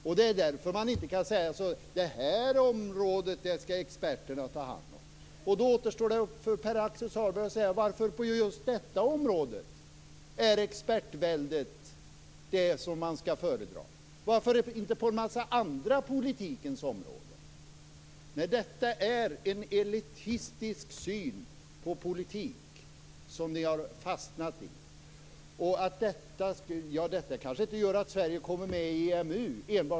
Det är också därför man inte kan säga: Det här området skall experterna ta hand om. Då återstår det för Pär Axel Sahlberg att säga: Varför är expertväldet att föredra just på detta område? Varför inte på en massa andra politikområden? Nej, det är en elitistisk syn på politik som ni har fastnat i. Enbart detta kanske inte gör att Sverige kommer med i EMU.